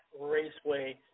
Raceway